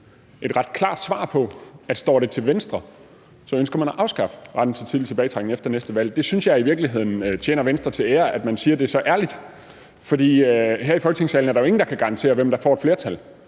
til at man, hvis det står til Venstre, ønsker at afskaffe retten til tidlig tilbagetrækning efter næste valg. Jeg synes i virkeligheden, det tjener Venstre til ære, at man siger det så ærligt, for her i Folketingssalen er der jo ingen, der kan garantere, hvem der får et flertal.